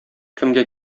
кемгә